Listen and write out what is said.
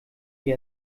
wie